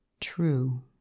True